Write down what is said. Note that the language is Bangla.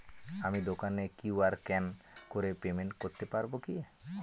আমি দোকানে কিউ.আর স্ক্যান করে পেমেন্ট করতে পারবো কি?